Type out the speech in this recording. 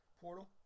Portal